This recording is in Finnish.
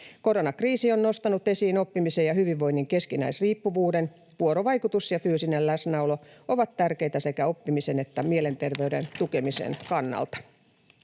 Koronakriisi on nostanut esiin oppimisen ja hyvinvoinnin keskinäisriippuvuuden. Vuorovaikutus ja fyysinen läsnäolo ovat tärkeitä sekä oppimisen että mielenterveyden tukemisen kannalta.